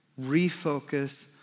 Refocus